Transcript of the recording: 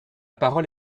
parole